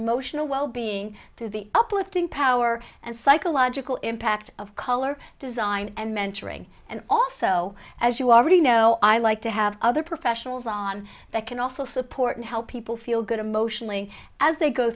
emotional wellbeing through the uplifting power and psychological impact of color design and mentoring and also as you already know i like to have other professionals on that can also support and help people feel good emotionally as they go